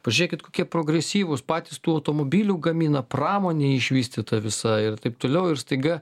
pažiūrėkit kokie progresyvūs patys tų automobilių gamina pramonė išvystyta visa ir taip toliau ir staiga